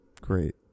great